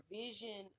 vision